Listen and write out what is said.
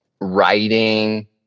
Writing